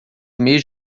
meios